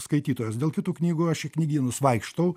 skaitytojas dėl kitų knygų aš į knygynus vaikštau